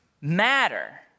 matter